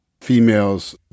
females